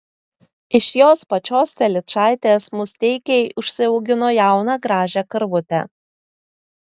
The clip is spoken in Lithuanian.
iš jos pačios telyčaitės musteikiai užsiaugino jauną gražią karvutę